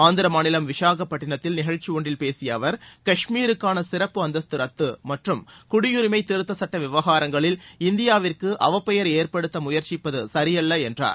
ஆந்திர மாநிலம் விசாகப்பட்டினத்தில் நிகழ்ச்சி ஒன்றில் பேசிய அவர் கஷ்மீருக்கான சிறப்பு அந்தஸ்து ரத்து மற்றும் குடியுரிமை திருத்த சட்ட விவகாரங்களில் இந்தியாவிற்கு அவப்பெயர் ஏற்படுத்த முயற்சிப்பது சரியல்ல என்றார்